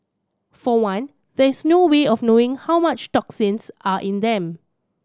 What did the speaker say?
for one there is no way of knowing how much toxins are in them